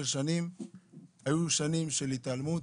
היו שנים של התעלמות,